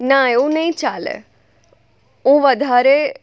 ના એવું નહીં ચાલે હું વધારે